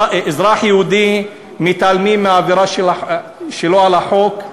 לגבי אזרח יהודי, מתעלמים מהעבירה שלו על החוק.